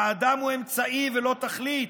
האדם הוא אמצעי ולא תכלית,